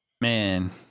Man